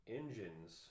engines